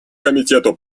комитета